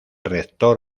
rector